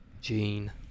Gene